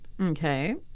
okay